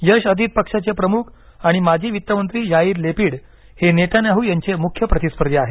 यश Atid पक्षाचे प्रमुख आणि माजी वित्त मंत्री याईर लेपिड हे नेतान्याहू यांचे मुख्य प्रतिस्पर्धी आहेत